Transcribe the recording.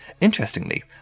Interestingly